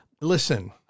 Listen